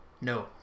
No